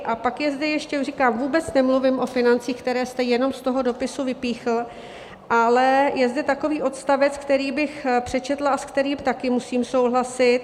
A pak je zde ještě, říkám, vůbec nemluvím o financích, které jste jenom z toho dopisu vypíchl, ale je zde takový odstavec, který bych přečetla a s kterým taky musím souhlasit.